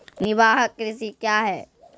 निवाहक कृषि क्या हैं?